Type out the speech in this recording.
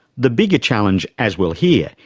the bigger challenge, as we'll hear,